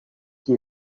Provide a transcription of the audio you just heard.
qui